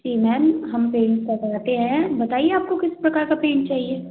जी ma'am हम paint करवाते हैं बताइए आपको किस प्रकार का पेंट चाहिए